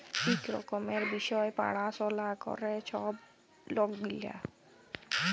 ইক রকমের বিষয় পাড়াশলা ক্যরে ছব লক গিলা